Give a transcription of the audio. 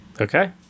Okay